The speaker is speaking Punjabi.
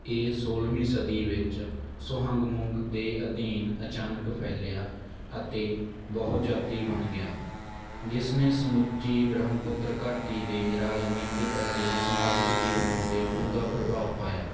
ਇਹ ਸੋਲ੍ਹਵੀਂ ਸਦੀ ਵਿੱਚ ਸੁਹੰਗਮੁੰਗ ਦੇ ਅਧੀਨ ਅਚਾਨਕ ਫੈਲਿਆ ਅਤੇ ਬਹੁ ਜਾਤੀ ਬਣ ਗਿਆ ਜਿਸ ਨੇ ਸਮੁੱਚੀ ਬ੍ਰਹਮਪੁੱਤਰ ਘਾਟੀ ਦੇ ਰਾਜਨੀਤਿਕ ਅਤੇ ਸਮਾਜਿਕ ਜੀਵਨ ਉੱਤੇ ਡੂੰਘਾ ਪ੍ਰਭਾਵ ਪਾਇਆ